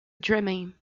dreaming